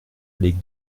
les